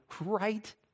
right